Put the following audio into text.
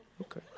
Okay